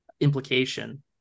implication